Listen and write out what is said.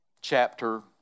chapter